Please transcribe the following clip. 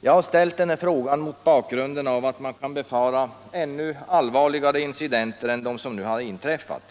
Jag har ställt min fråga mot bakgrunden av att man kan befara ännu allvarligare incidenter än de som nu har inträffat.